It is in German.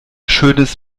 schönes